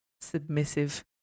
submissive